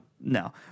no